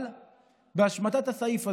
אבל בהשמטת סעיף זה.